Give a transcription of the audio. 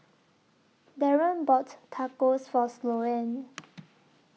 Darren bought Tacos For Sloane